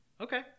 Okay